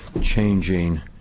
changing